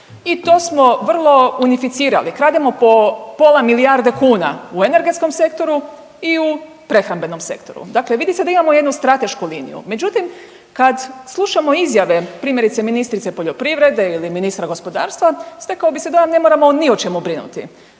i to smo vrlo unificirali, krademo po pola milijarde kuna u energetskom sektoru i u prehrambenom sektoru. Dakle vidi se da imamo jednu stratešku liniju. Međutim, kad slušamo izjave, primjerice, ministrice poljoprivrede ili ministra gospodarstva, stekao bi se dojam, ne moramo ni o čemu brinuti.